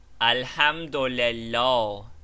Alhamdulillah